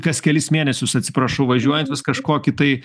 kas kelis mėnesius atsiprašau važiuojan vis kažkokį tai